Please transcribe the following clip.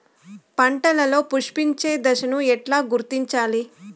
పంటలలో పుష్పించే దశను ఎట్లా గుర్తించాలి?